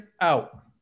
out